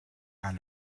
are